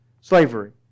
slavery